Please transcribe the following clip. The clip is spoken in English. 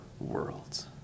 world's